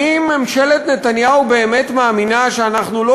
האם ממשלת נתניהו באמת מאמינה שאנחנו לא